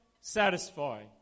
satisfy